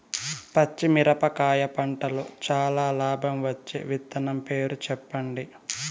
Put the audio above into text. పచ్చిమిరపకాయ పంటలో చానా లాభం వచ్చే విత్తనం పేరు చెప్పండి?